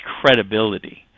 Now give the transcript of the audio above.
credibility